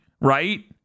right